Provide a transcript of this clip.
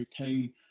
okay